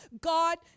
God